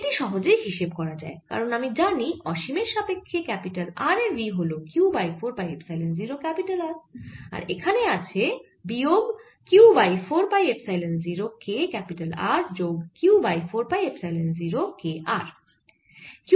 এটি সহজেই হিসেব করা যায় কারণ আমি জানি অসীমের সাপেক্ষ্যে R এ v হল Q by 4 pi epsilon 0 R আর এখানে আছে বিয়োগ Q by 4 pi epsilon 0 k R যোগ Q by 4 pi epsilon 0 k r